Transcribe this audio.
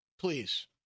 Please